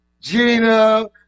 Gina